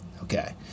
Okay